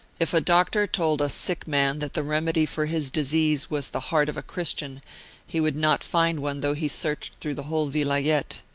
if a doctor told a sick man that the remedy for his disease was the heart of a chris tian he would not find one though he searched through the whole vilayet.